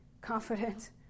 confident